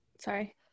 sorry